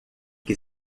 que